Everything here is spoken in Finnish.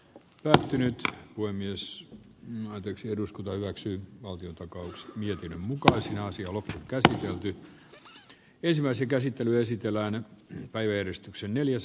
kertynyt kuin myös naa dek si eduskunta hyväksyy valtion takaus mietinnön mukaan sen olisi ollut käytäntö jo nyt ensimmäisen mikä aiheuttaa sitten turhia pelkoja